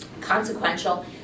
consequential